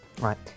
Right